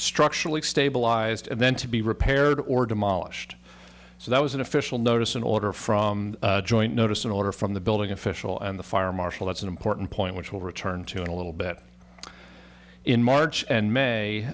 structurally stabilized and then to be repaired or demolished so that was an official notice an order from joint notice an order from the building official and the fire marshal that's an important point which will return to in a little bit in march and may